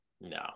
no